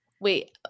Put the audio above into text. Wait